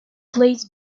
plays